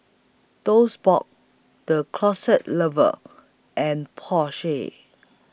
Toast Box The Closet Lover and Porsche